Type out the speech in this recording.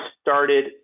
started